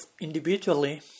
individually